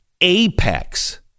apex